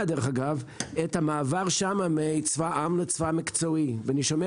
דרך אגב את המעבר שם מצבא העם לצבא מקצועי ואני שומע